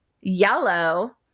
yellow